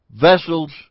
vessels